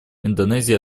индонезии